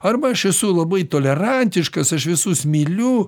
arba aš esu labai tolerantiškas aš visus myliu